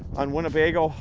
on winnebago,